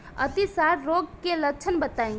अतिसार रोग के लक्षण बताई?